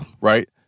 Right